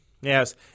Yes